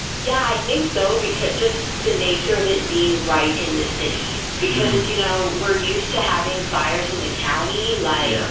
yeah, i think so because just the nature of it being right in the city because, you know, we're used to having fires in the county, like. yeah.